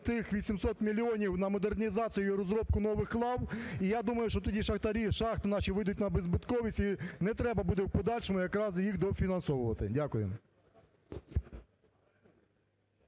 тих 800 мільйонів на модернізацію і розробку нових лав. І, я думаю, що тоді шахтарі шахт наші вийдуть на беззбитковість і не треба буде в подальшому якраз їх дофінансовувати. Дякую.